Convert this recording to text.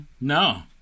No